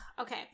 Okay